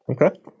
Okay